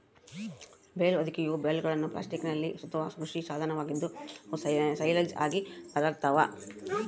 bale ಹೊದಿಕೆಯು ಬೇಲ್ಗಳನ್ನು ಪ್ಲಾಸ್ಟಿಕ್ನಲ್ಲಿ ಸುತ್ತುವ ಕೃಷಿ ಸಾಧನವಾಗಿದ್ದು, ಅವು ಸೈಲೇಜ್ ಆಗಿ ಬದಲಾಗ್ತವ